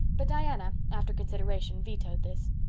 but diana, after consideration, vetoed this.